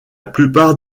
plupart